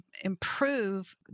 improve